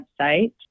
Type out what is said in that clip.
website